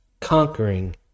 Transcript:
conquering